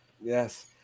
Yes